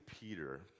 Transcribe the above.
Peter